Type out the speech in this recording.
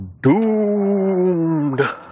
Doomed